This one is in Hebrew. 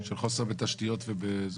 של חוסר בתשתיות וכו'.